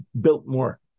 Biltmore